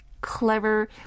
clever